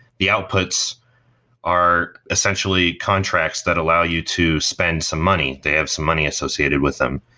the outputs are essentially contracts that allow you to spend some money. they have some money associated with them,